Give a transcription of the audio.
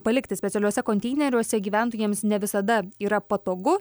palikti specialiuose konteineriuose gyventojams ne visada yra patogu